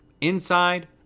inside